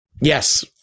Yes